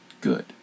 Good